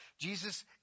Jesus